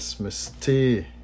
Misty